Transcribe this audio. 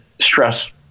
stress